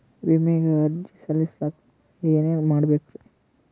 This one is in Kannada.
ವಿಮೆಗೆ ಅರ್ಜಿ ಸಲ್ಲಿಸಕ ಏನೇನ್ ಮಾಡ್ಬೇಕ್ರಿ?